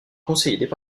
conseillers